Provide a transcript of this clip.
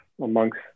amongst